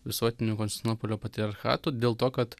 visuotiniu konstantinopolio patriarchatu dėl to kad